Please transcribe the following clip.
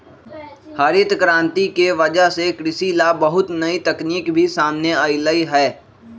हरित करांति के वजह से कृषि ला बहुत नई तकनीक भी सामने अईलय है